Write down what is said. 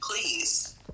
Please